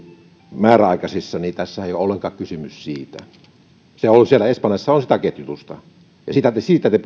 määräaikaisissa tässähän ei ole ollenkaan kysymys siitä espanjassa on sitä ketjutusta ja siitä te